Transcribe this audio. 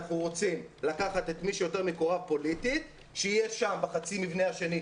אנחנו רוצים לקחת את מי שיותר מקורב פוליטית שיהיה שם בחצי מבנה השני,